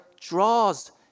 draws